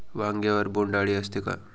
वांग्यावर बोंडअळी असते का?